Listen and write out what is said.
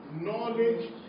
Knowledge